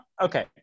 Okay